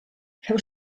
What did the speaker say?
feu